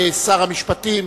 לשר המשפטים,